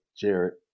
Jared